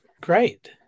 Great